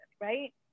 right